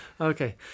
Okay